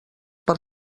per